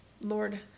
Lord